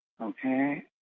okay